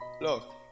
Look